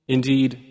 Indeed